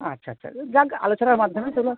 আচ্ছা আচ্ছা ওই যাক আলোচনার মাধ্যমে সেগুলো